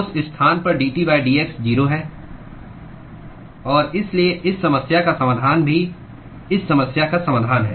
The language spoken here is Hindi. उस स्थान पर dT dx 0 है और इसलिए इस समस्या का समाधान भी इस समस्या का समाधान है